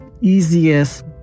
easiest